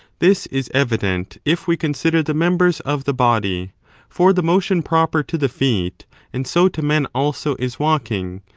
this is evident if we consider the members of the body for the motion proper to the feet and so to men also is walking,